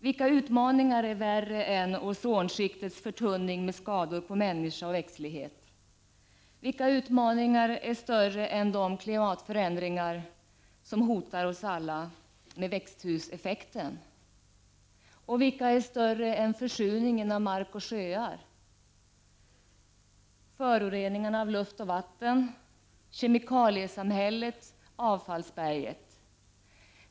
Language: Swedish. Vilka utmaningar är värre än ozonskiktets förtunning, med skador på människa och växtlighet som följd? Vilka utmaningar är större än de klimatförändringar som hotar oss alla genom växthuseffekten? Vilka är större än försurningen av mark och sjöar, föroreningarna av luft och vatten, kemikaliesamhället, avfallsberget?